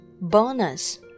Bonus